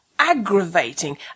aggravating